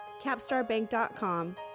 CapstarBank.com